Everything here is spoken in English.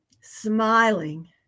smiling